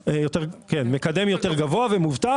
כן, מקדם יותר גבוה ומובטח.